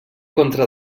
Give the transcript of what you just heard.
contra